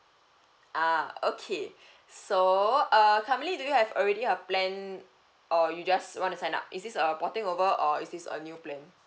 ah okay so err currently do you have already have plan or you just wanna sign up is this a porting over or is this a new plan